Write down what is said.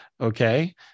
okay